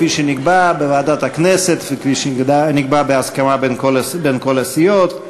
כפי שנקבע בוועדת הכנסת וכפי שנקבע בהסכמה בין כל הסיעות.